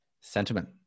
sentiment